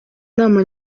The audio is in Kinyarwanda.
nama